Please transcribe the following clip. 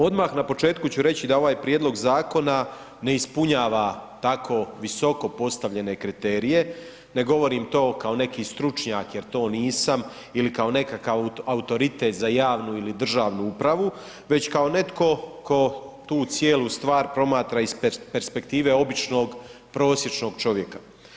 Odmah na početku ću reći da ovaj prijedlog zakona ne ispunjava tako visoko postavljene kriterije, ne govorim to kao neki stručnjak jer to nisam ili kao nekakav autoritet za javnu ili državnu upravu već kao netko tko tu cijelu stvar promatra iz perspektive običnog, prosječnog čovjeka.